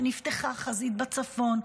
שנפתחה חזית בצפון,